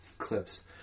clips